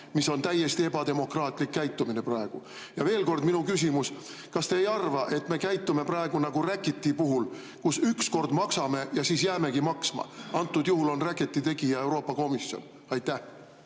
on ka täiesti ebademokraatlik käitumine. Veel kord minu küsimus: kas te ei arva, et me käitume praegu nagu räkiti puhul, kus üks kord maksame ja jäämegi maksma? Antud juhul on räkiti tegija Euroopa Komisjon. Ei,